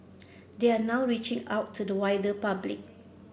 they are now reaching out to the wider public